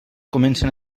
comencen